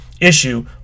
issue